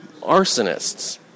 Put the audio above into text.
arsonists